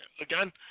Again